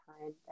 time